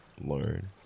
learn